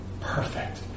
Perfect